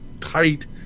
tight